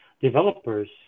developers